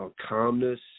calmness